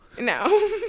No